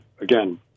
again